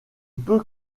peut